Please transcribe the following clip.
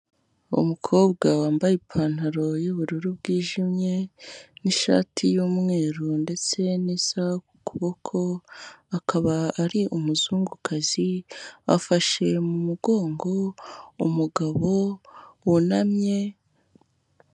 Uwo mukobwa wambaye ipantaro y'ubururu bwijimye n'shati y'umweru ndetse n'isaha ku kuboko, akaba ari umuzungukazi. Afashe mu mugongo umugabo wunamye.